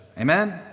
Amen